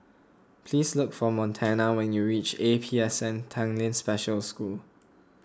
please look for Montana when you reach A P S N Tanglin Special School